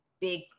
big